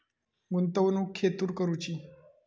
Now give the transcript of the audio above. गुंतवणुक खेतुर करूची?